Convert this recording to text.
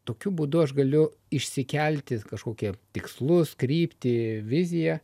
tokiu būdu aš galiu išsikelti kažkokią tikslus kryptį viziją